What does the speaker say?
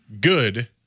good